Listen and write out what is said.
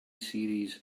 series